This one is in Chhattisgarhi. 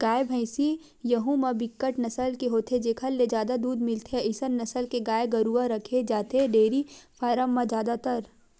गाय, भइसी यहूँ म बिकट नसल के होथे जेखर ले जादा दूद मिलथे अइसन नसल के गाय गरुवा रखे जाथे डेयरी फारम म जादातर